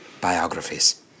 biographies